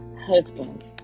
husbands